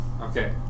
Okay